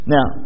Now